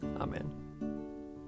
Amen